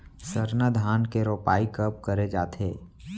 सरना धान के रोपाई कब करे जाथे?